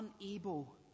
unable